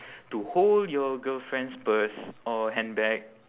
to hold your girlfriend's purse or handbag